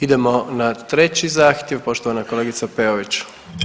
Idemo na treći zahtjev, poštovana kolegica Peović.